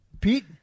Pete